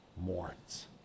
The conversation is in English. mourns